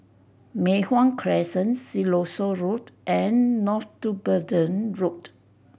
Mei Hwan Crescent Siloso Road and Northumberland Road